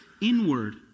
inward